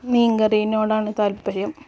മീൻകറീനോടാണ് താല്പര്യം